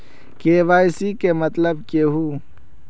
KYC के मतलब केहू?